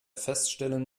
feststellen